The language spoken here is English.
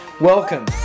Welcome